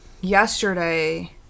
yesterday